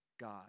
God